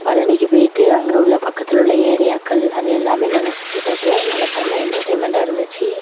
பழனிக்கு போய்ட்டு அங்கே உள்ள பக்கத்தில் உள்ள ஏரியாக்கள் அது எல்லாமே நல்ல சுற்றி பார்த்தோம் நல்லா செம்ம என்டர்டைமெண்ட்டாக இருந்துச்சு